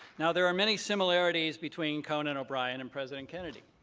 now, there are many similarities between conan o'brien and president kennedy.